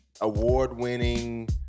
award-winning